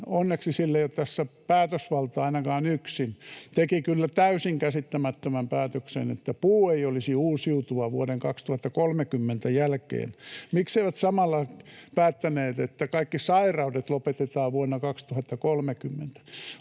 onneksi sillä ei ole tässä päätösvaltaa ainakaan yksin — teki kyllä täysin käsittämättömän päätöksen, että puu ei olisi uusiutuva vuoden 2030 jälkeen. Mikseivät samalla päättäneet, että kaikki sairaudet lopetetaan vuonna 2030?